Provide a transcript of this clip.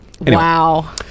wow